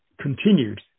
continued